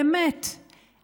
באמת,